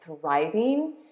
thriving